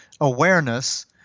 awareness